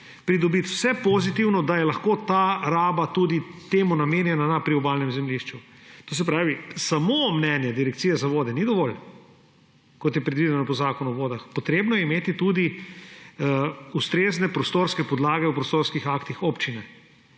pridobiti vse pozitivno, da je lahko ta raba tudi temu namenjena na priobalnem zemljišču. To se pravi, samo mnenje Direkcije za vode ni dovolj, kot je predvideno v Zakonu o vodah, potrebno je imeti tudi ustrezne prostorske podlage v prostorskih aktih občine.